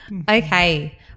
Okay